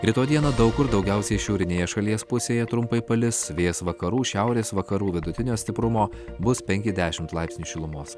rytoj dieną daug kur daugiausiai šiaurinėje šalies pusėje trumpai palis vėjas vakarų šiaurės vakarų vidutinio stiprumo bus penki dešimt laipsnių šilumos